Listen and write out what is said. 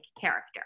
character